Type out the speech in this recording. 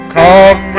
come